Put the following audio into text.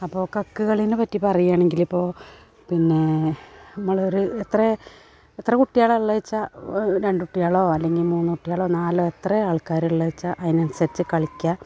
അപ്പോൾ കക്ക് കളീനേപ്പറ്റി പറയാണെങ്കിലിപ്പോൾ പിന്നേ നമ്മളൊരു എത്ര എത്ര കുട്ട്യളാ ഉള്ളേച്ചാൽ രണ്ടു കുട്ട്യോളോ അല്ലെങ്കിൽ മൂന്നു കുട്ട്യോളോ നാലോ എത്ര ആൾക്കാരുള്ളേച്ചാൽ അതിനനുസരിച്ചു കളിക്കുക